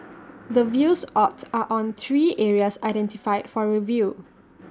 the views sought are on three areas identified for review